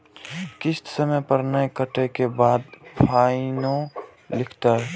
किस्त समय पर नय कटै के बाद फाइनो लिखते?